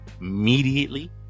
immediately